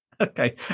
Okay